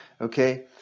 okay